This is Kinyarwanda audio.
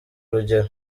urugero